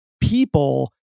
people